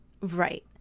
Right